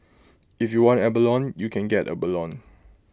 if you want abalone you can get abalone